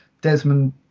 Desmond